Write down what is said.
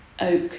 oak